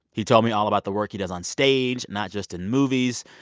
he told me all about the work he does on stage, not just in movies.